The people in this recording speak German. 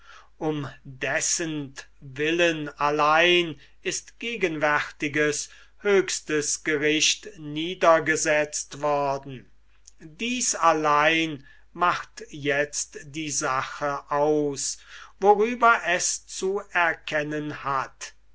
um dessentwillen allein ist gegenwärtiges höchstes gericht niedergesetzt worden dies allein macht itzt die sache aus worüber es zu erkennen hat